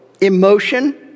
emotion